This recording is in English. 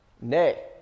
Nay